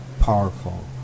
powerful